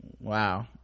wow